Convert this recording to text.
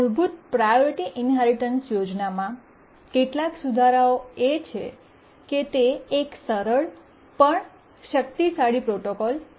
મૂળભૂત priority inheritance યોજનામાં કેટલાક સુધારો એ છે કે તે એક સરળ પણ શક્તિશાળી પ્રોટોકોલ છે